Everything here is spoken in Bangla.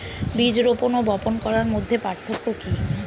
বীজ রোপন ও বপন করার মধ্যে পার্থক্য কি?